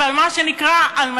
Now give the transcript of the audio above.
אבל, מה שנקרא, על מצפונכם.